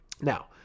Now